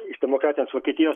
iš demokratinės vokietijos